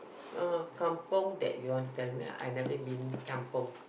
uh kampung that you want to tell me I never been kampung